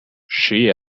she